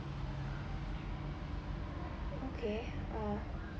okay uh